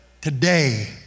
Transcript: today